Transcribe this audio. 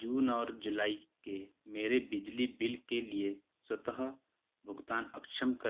जून और जुलाई के मेरे बिजली बिल के लिए स्वतः भुगतान अक्षम करें